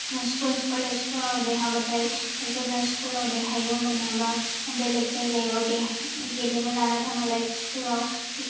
school कलेजफोराव देरहाबाथाय जेब्ला स्कुलाव देरहायो होमबानियाबा बेलेग जायगायाव गेलेनो लाना थाङो लाइक स्कुलाव